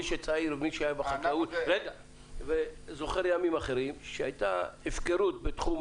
מי שצעיר והיה בחקלאות זוכר ימים אחרים שבהם הייתה הפקרות בתחום